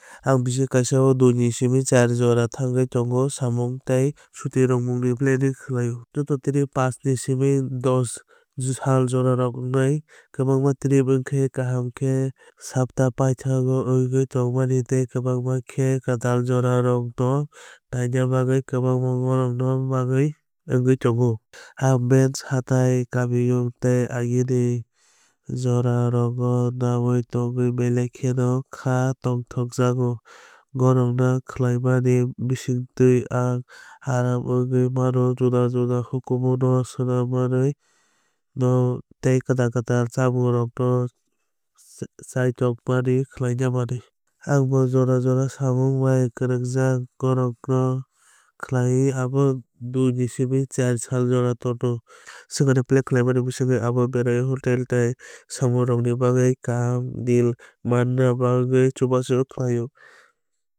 Ang bisi kaisao doui ni simi char jora thwngwi tongo samung tei chutimungni planning khwlai o. Joto trip paanch ni simi dos sal jora wngnai. Kwbangma trip wngkhe kaham khe saptapaithak go wngwi tongmani tei kwbangma khe kwtal jagarokno naina bagwi kwbangma gorok na bagui wngwi tongo. Ang beach hathái kamiyung tei agini ni jagarokno naiwi tongwi belai kheno khá tongthokjago. Gorok na khlaimani bisingtwi ang aram wngwi mano juda juda hukumu no saimanwi mano tei kwtal kwtal chamungrok no chaitokmani khlaiwi mano. Ang bo jora jora samung bai kwrwngjak gorokna khlaio abo doui ni simi char sal jora tono. Swkangni plan khlaimani bisingtwi ang biroui hotel tei samungrokni bagwi kaham deal manna bagwi chubachu khlaio.